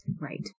Right